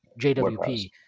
jwp